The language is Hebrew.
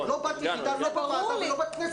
את לא בת יחידה לא בוועדה ולא בכנסת.